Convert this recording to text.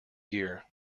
year